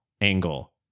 angle